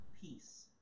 peace